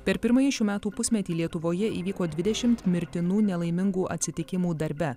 per pirmąjį šių metų pusmetį lietuvoje įvyko dvidešimt mirtinų nelaimingų atsitikimų darbe